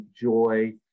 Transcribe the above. joy